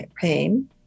pain